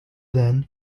then